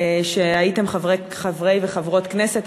שהייתם חברי וחברות כנסת,